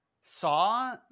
saw